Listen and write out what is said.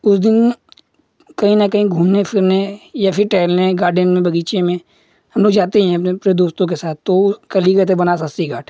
उस दिन कहीं न कहीं घूमने फिरने या फिर टहलने गार्डेन में बगीचे में हम लोग जाते ही हैं अपने अपने दोस्तों के साथ तो कल ही गए थे बनारस अस्सी घाट